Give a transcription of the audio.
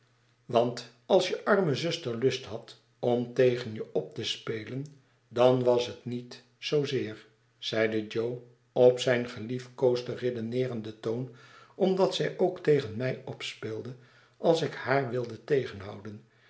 want als je arme zuster lust had om tegen je op te spelen dan was het niet zoozeer zeide jo op zijn geliefkoosden redeneerenden toon omdat zij ook tegen mij opspeelde als ik haar wilde tegenhouden